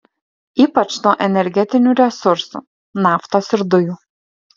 ypač nuo energetinių resursų naftos ir dujų